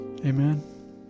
Amen